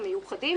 מיוחדים: